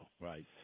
Right